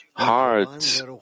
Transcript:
Hearts